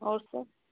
आओर सब